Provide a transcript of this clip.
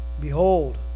Behold